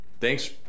thanks